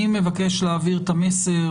אני מבקש להעביר את המסר,